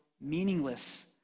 meaningless